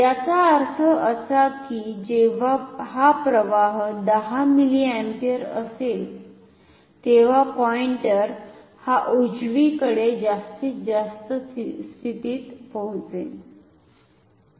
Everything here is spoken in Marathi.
याचा अर्थ असा की जेव्हा हा प्रवाह 10 मिलिअम्पियर असेल तेव्हा पॉईंटर हा उजवीकडे जास्तीत जास्त स्थितीत पोहोचेन